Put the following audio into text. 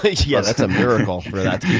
yeah, that's a miracle for that to